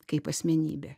kaip asmenybę